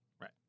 Right